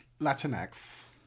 Latinx